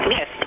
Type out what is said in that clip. Yes